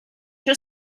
your